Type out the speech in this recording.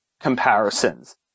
comparisons